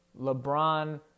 LeBron